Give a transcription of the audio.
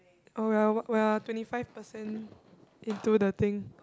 oh we're we're twenty five percent into the thing